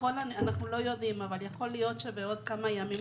אנחנו לא יודעים, יכול להיות שבעוד כמה ימים